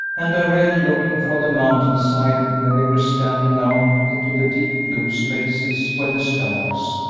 and darrell, looking from the mountain-side where they were standing out into the deep blue spaces where the stars,